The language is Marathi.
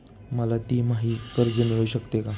मला तिमाही कर्ज मिळू शकते का?